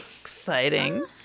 exciting